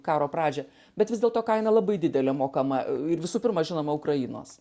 karo pradžią bet vis dėlto kaina labai didelė mokama ir visų pirma žinoma ukrainos